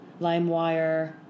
LimeWire